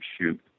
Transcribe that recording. shoot